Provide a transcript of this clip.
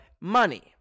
Money